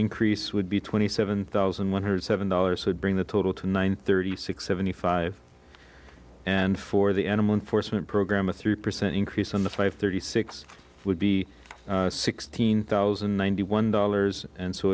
increase would be twenty seven thousand one hundred seven dollars would bring the total to nine thirty six seventy five and for the animal unfortunate program a three percent increase on the five thirty six would be sixteen thousand and ninety one dollars and so